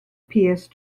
pierce